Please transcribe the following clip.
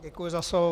Děkuji za slovo.